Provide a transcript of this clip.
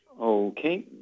Okay